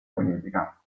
politica